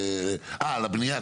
אתה מתכוון על הבנייה,